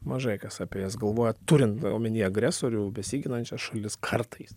mažai kas apie jas galvoja turint omeny agresorių besiginančias šalis kartais